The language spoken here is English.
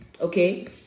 Okay